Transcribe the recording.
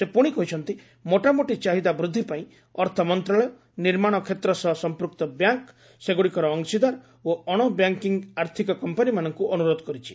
ସେ ପୁଣି କହିଛନ୍ତି ମୋଟାମୋଟି ଚାହିଦା ବୃଦ୍ଧି ପାଇଁ ଅର୍ଥ ମନ୍ତ୍ରଣାଳୟ ନିର୍ମାଣ କ୍ଷେତ୍ର ସହ ସଂପ୍ଚକ୍ତ ବ୍ୟାଙ୍କ ସେଗୁଡ଼ିକର ଅଂଶୀଦାର ଓ ଅଣବ୍ୟାଙ୍କିଙ୍ଗ୍ ଆର୍ଥିକ କମ୍ପାନିମାନଙ୍କୁ ଅନୁରୋଧ କରିଛି